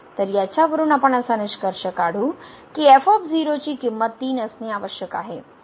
तर याच्यावरून आपण असा निष्कर्ष काढू कि किंमत 3 असणे आवश्यक आहे